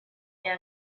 est